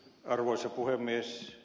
arvoisa puhemies